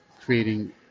creating